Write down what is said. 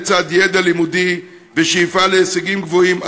לצד ידע לימודי ושאיפה להישגים גבוהים,